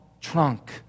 trunk